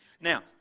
Now